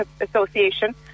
Association